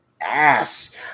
ass